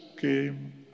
came